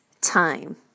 time